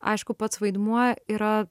aišku pats vaidmuo yra